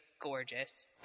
gorgeous